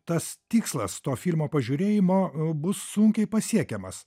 tas tikslas to filmo pažiūrėjimo bus sunkiai pasiekiamas